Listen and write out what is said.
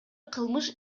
кылмыш